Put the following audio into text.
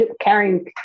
carrying